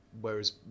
Whereas